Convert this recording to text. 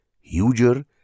huger